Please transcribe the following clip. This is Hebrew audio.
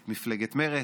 את מפלגת מרצ?